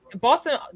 Boston